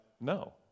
no